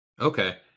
Okay